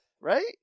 right